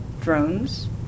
drones